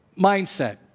mindset